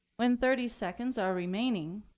when thirty seconds are remaining,